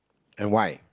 and why